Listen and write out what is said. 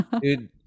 Dude